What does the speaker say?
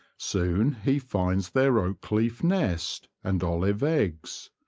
soon he finds their oak-leaf nest and olive eggs.